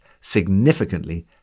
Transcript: Significantly